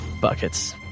buckets